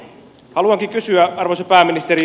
haluankin kysyä arvoisa pääministeri